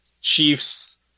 chiefs